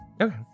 Okay